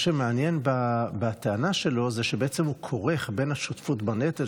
מה שמעניין בטענה שלו זה שבעצם הוא כורך בין השותפות בנטל,